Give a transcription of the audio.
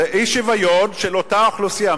זה אי-שוויון של אותה אוכלוסייה.